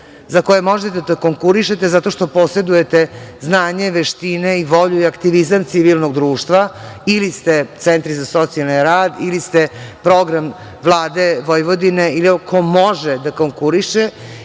za koje možete da konkurišete zato što posedujete znanje, veštine, volju i aktivizam civilnog društva ili ste centri za socijalni rad ili ste program Vlade Vojvodine ili ko može da konkuriše,